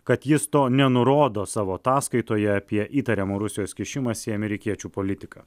kad jis to nenurodo savo ataskaitoje apie įtariamą rusijos kišimąsi į amerikiečių politiką